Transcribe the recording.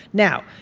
now,